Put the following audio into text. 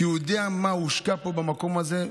כי הוא יודע מה הושקע פה במקום הזה,